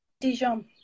Dijon